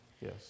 Yes